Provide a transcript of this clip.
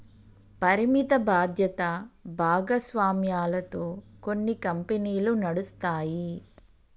పరిమిత బాధ్యత భాగస్వామ్యాలతో కొన్ని కంపెనీలు నడుస్తాయి